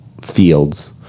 fields